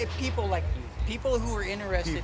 if people like people who are interested in